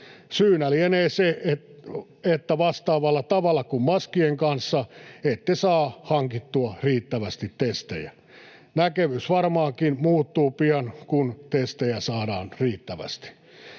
Syynä lienee se, että vastaavalla tavalla kuin maskien kanssa, ette saa hankittua riittävästi testejä. Näkemys varmaankin muuttuu pian, kun testejä saadaan riittävästi.